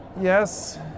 Yes